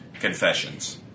Confessions